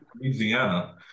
Louisiana